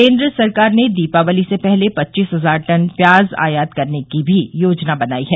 केन्द्र सरकार ने दीपावली से पहले पच्चीस हजार टन प्याज आयात करने की भी योजना बनाई है